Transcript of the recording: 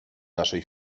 naszej